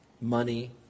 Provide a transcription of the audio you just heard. money